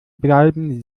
bleiben